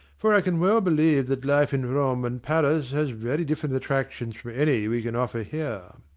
for i can well believe that life in rome and paris has very different attractions from any we can offer here.